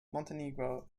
montenegro